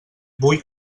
vull